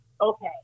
okay